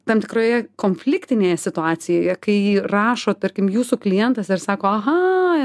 tam tikroje konfliktinėje situacijoje kai rašo tarkim jūsų klientas ir sako aha